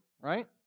right